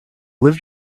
lived